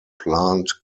plant